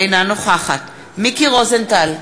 אינה נוכחת מיקי רוזנטל,